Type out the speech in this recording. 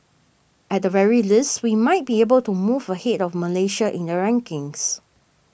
at the very least we might be able to move ahead of Malaysia in the rankings